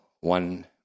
one